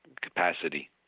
capacity